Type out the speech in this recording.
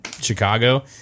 Chicago